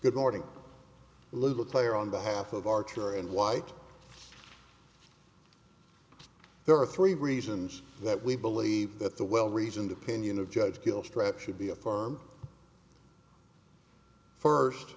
good morning little player on behalf of archer and white there are three reasons that we believe that the well reasoned opinion of judge kill strep should be a farm first